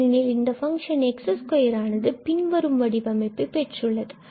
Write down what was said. ஏனெனில் இந்த function x2 ஆனது பின்வரும் வடிவமைப்பை பெற்றுள்ளது